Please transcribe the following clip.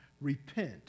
Repent